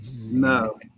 No